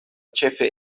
ĉefe